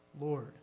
Lord